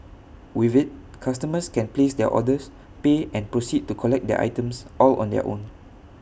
with IT customers can place their orders pay and proceed to collect their items all on their own